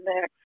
next